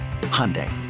Hyundai